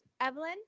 Evelyn